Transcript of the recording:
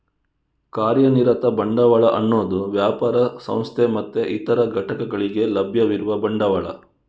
ಕಾರ್ಯನಿರತ ಬಂಡವಾಳ ಅನ್ನುದು ವ್ಯಾಪಾರ, ಸಂಸ್ಥೆ ಮತ್ತೆ ಇತರ ಘಟಕಗಳಿಗೆ ಲಭ್ಯವಿರುವ ಬಂಡವಾಳ